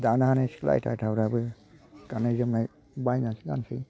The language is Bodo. दानो हानाय सिख्ला आयथाथाफ्राबो गाननाय जोमनाय बायनासो गानसै